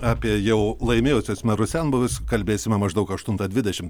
apie jau laimėjusius mero senbuvis kalbėsime maždaug aštuntą dvidešim